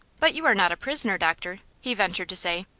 but you are not a prisoner, doctor, he ventured to say.